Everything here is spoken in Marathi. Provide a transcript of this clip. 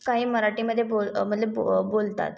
काही मराठीमध्ये बोल मतलब बो बोलतात